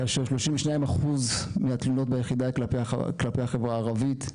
כאשר 32% מהתלונות ביחדה הן כלפי החברה הערבית,